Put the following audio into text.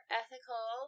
ethical